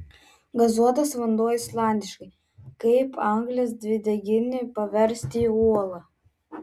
gazuotas vanduo islandiškai kaip anglies dvideginį paversti į uolą